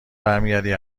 برمیگردی